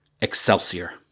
Excelsior